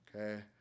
Okay